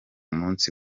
munsi